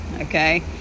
okay